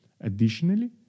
Additionally